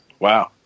wow